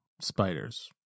spiders